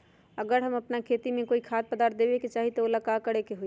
अगर हम अपना खेती में कोइ खाद्य पदार्थ देबे के चाही त वो ला का करे के होई?